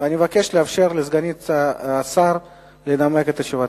אני מבקש לאפשר לסגנית השר לנמק את תשובתה.